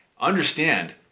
understand